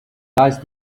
rise